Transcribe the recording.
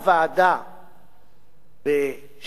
שהוצעה בשנת 2004